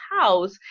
house